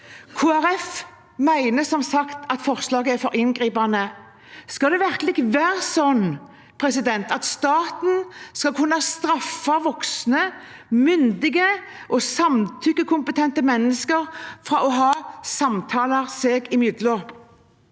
som sagt at forslaget er for inngripende. Skal det virkelig være sånn at staten skal kunne straffe voksne, myndige og samtykkekompetente mennesker for å ha samtaler seg imellom?